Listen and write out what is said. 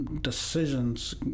Decisions